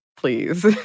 please